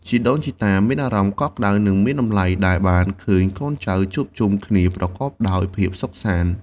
ជីដូនជីតាមានអារម្មណ៍កក់ក្តៅ និងមានតម្លៃ ដែលបានឃើញកូនចៅជួបជុំគ្នាប្រកបដោយភាពសុខសាន្ត។